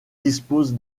dispose